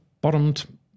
bottomed